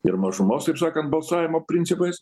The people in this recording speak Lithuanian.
ir mažumos taip sakant balsavimo principais